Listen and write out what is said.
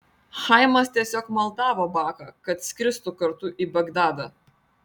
chaimas tiesiog maldavo baką kad skristų kartu į bagdadą